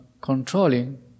controlling